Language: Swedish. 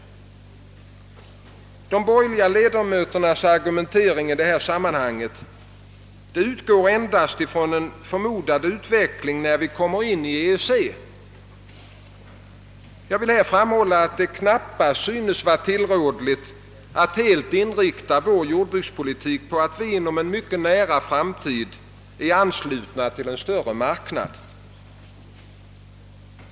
De borgerliga ledamöternas argumentering i detta sammanhang grundar sig endast på en förmodad utveckling när Sverige kommit in i EEC. Jag vill framhålla att det knappast synes vara tillrådligt att helt inrikta vår jordbrukspolitik på att Sverige inom en mycket nära framtid blir anslutet till en större marknad.